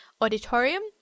Auditorium